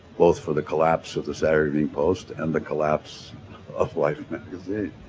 both for the collapse of the saturday evening post and the collapse of life magazine.